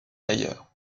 ailleurs